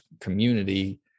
community